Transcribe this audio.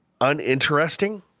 Uninteresting